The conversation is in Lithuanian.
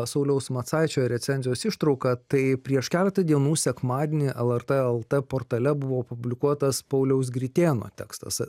sauliaus macaičio recenzijos ištrauką tai prieš keletą dienų sekmadienį lrt lt portale buvo publikuotas pauliaus gritėno tekstas